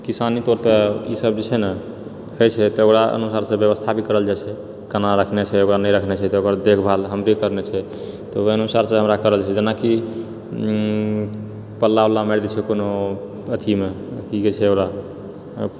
किसानी तौर पर ई सभ जे छै ने होइत छै तऽ ओकरा अनुसार व्यवस्था भी करल जाइ छै केना रखनाए छै ओकरा नहि रखने छै तऽ ओकर देखभाल हमरे करनाइ छै तऽ ओहि अनुसारसँ हमरा करनाइ छै जेनाकि पल्ला उल्ला मारि दय छै कोनो अथिमे कि कहै छै ओकरा